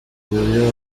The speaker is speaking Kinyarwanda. uburyo